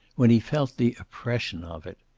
when he felt the oppression of it.